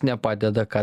nepadeda ką